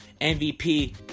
MVP